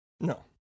no